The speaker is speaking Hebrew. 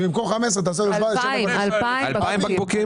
זה 15 שקלים לבקבוק.